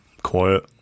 quiet